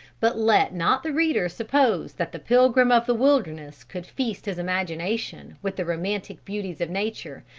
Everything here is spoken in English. but let not the reader suppose that the pilgrim of the wilderness could feast his imagination with the romantic beauties of nature,